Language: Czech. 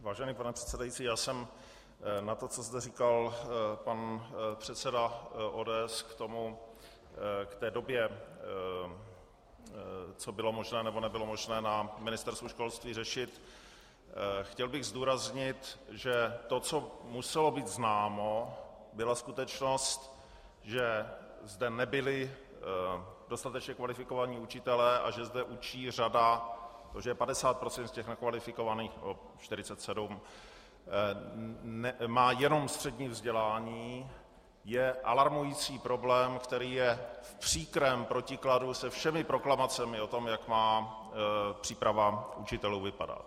Vážený pane předsedající, já jsem na to, co zde říkal pan předseda ODS k té době, co bylo možné, nebo nebylo možné na Ministerstvu školství řešit, chtěl bych zdůraznit, že to, co muselo být známo, byla skutečnost, že zde nebyli dostatečně kvalifikovaní učitelé a že zde učí řada, to, že 50 procent z těch nekvalifikovaných, nebo 47, má jenom střední vzdělání, je alarmující problém, který je v příkrém protikladu se všemi proklamacemi o tom, jak má příprava učitelů vypadat.